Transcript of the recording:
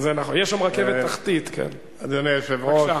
אדוני היושב-ראש,